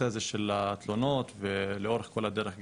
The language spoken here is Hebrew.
הזה של איך להגיע לאיזה שהוא מתווה,